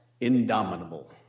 indomitable